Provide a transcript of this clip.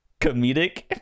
comedic